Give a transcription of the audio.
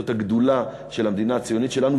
זאת הגדולה של המדינה הציונית שלנו,